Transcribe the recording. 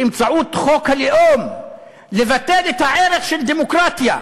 באמצעות חוק הלאום, לבטל את הערך של דמוקרטיה,